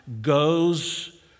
goes